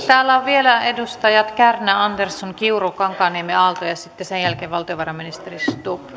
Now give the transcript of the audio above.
täällä listassa ovat vielä edustajat kärnä andersson kiuru kankaanniemi aalto ja sitten sen jälkeen valtiovarainministeri stubb